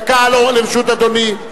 דקה לרשות אדוני.